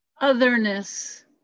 otherness